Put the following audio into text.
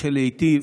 אשר לעיתים